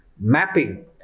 Mapping